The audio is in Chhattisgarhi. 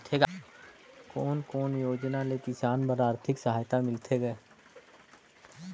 कोन कोन योजना ले किसान बर आरथिक सहायता मिलथे ग?